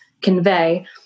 convey